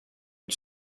une